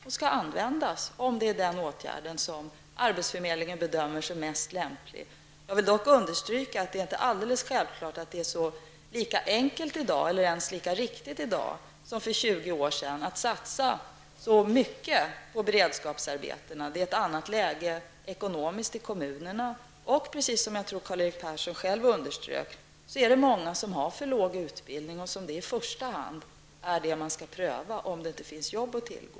De skall användas om det är den åtgärd som arbetsförmedlingen bedömer som mest lämplig. Jag vill dock understryka att det inte alls är alldeles självklart att det är så lika enkelt eller ens lika riktigt i dag som för 20 år sedan att satsa så mycket på beredskapsarbeten. Det är ett annat ekonomiskt läge i kommunerna. Precis som Karl-Erik Persson själv underströk är det många som har för låg utbildning och som i första hand skall pröva beredskapsarbeten om det inte finns annat arbete att tillgå.